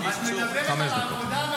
חמש דקות.